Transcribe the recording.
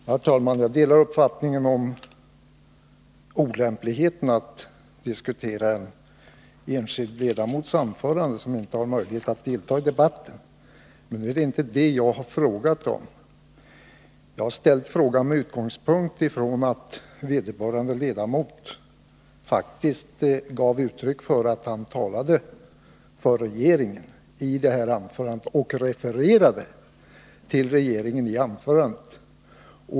Herr talman! Jag delar uppfattningen att det är olämpligt att diskutera en enskild ledamots anförande, när ledamoten inte har möjlighet att delta i debatten. Men det är inte detta min fråga gäller. Jag ställde frågan med utgångspunkt från att vederbörande ledamot faktiskt gav intrycket av att han talade för regeringen i det här anförandet, och han refererade också till regeringen i det.